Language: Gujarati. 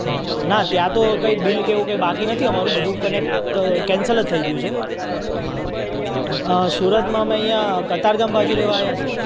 હં ના ત્યાં તો કંઈ બિલ કે એવું કાંઇ બાકી નથી અમારું બધું કનેક્ટ તો કેન્સલ જ થઈ ગયું છે હા સુરતમાં અમે અહીંયા કતારગામ બાજુ રહેવા આવ્યા છીએ